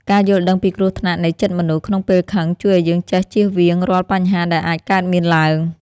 ការយល់ដឹងពីគ្រោះថ្នាក់នៃចិត្តមនុស្សក្នុងពេលខឹងជួយឱ្យយើងចេះចៀសវាងរាល់បញ្ហាដែលអាចកើតមានឡើង។